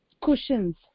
cushions